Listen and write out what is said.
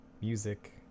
Music